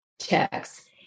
checks